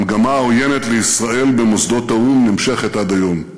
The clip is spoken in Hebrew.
המגמה העוינת לישראל במוסדות האו"ם נמשכת עד היום.